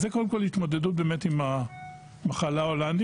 אז זו קודם כל התמודדות עם המחלה ההולנדית